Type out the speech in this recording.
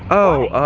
oh